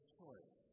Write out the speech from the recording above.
choice